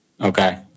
Okay